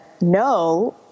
no